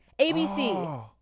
ABC